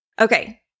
Okay